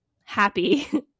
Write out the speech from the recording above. happy